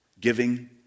Giving